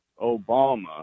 obama